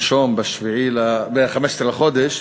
שלשום, ב-15 בחודש,